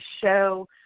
show